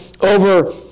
over